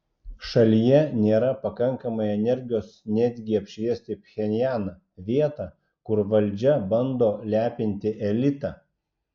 šalyje nėra pakankamai energijos netgi apšviesti pchenjaną vietą kur valdžia bando lepinti elitą